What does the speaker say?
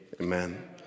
amen